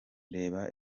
reba